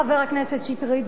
חבר הכנסת שטרית,